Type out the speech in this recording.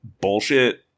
bullshit